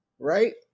Right